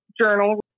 journal